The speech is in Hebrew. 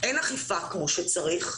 שאין אכיפה כמו שצריך,